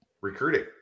recruiting